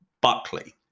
Buckley